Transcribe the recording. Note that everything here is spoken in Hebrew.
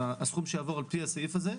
הסכום שיעבור על פי הסעיף הזה,